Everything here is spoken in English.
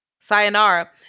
sayonara